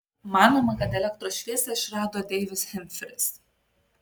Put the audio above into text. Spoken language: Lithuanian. manoma kad elektros šviesą išrado deivis hemfris